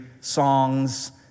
songs